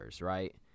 right